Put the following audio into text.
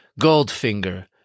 Goldfinger